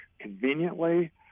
conveniently